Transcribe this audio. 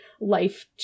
life